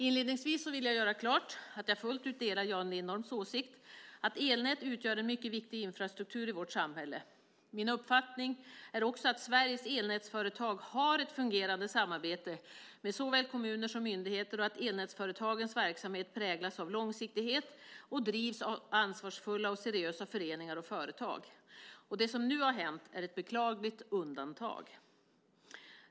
Inledningsvis vill jag göra klart att jag fullt ut delar Jan Lindholms åsikt att elnät utgör en mycket viktig infrastruktur i vårt samhälle. Min uppfattning är också att Sveriges elnätsföretag har ett fungerande samarbete med såväl kommuner som myndigheter och att elnätsföretagens verksamhet präglas av långsiktighet och drivs av ansvarsfulla och seriösa föreningar och företag. Det som nu har hänt är ett beklagligt undantag.